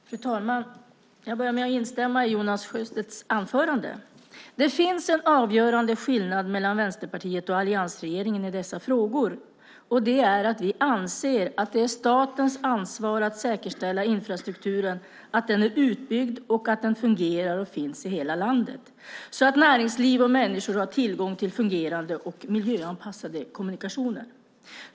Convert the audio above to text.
Fru talman! Jag börjar med att instämma i Jonas Sjöstedts anförande. Det finns en avgörande skillnad mellan Vänsterpartiet och alliansregeringen i dessa frågor, och det är att vi anser att det är statens ansvar att säkerställa infrastrukturen, att den är utbyggd, fungerar och finns i hela landet, så att näringsliv och människor har tillgång till fungerande och miljöanpassade kommunikationer.